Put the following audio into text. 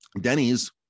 Denny's